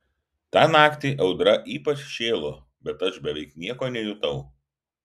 tą naktį audra ypač šėlo bet aš beveik nieko nejutau